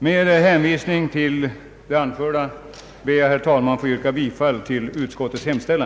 Med hänvisning till det anförda ber jag, herr talman, att få yrka bifall till utskottets hemställan.